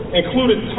included